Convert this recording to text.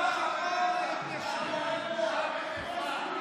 בושה וחרפה.